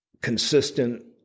consistent